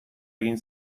egin